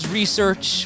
research